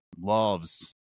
loves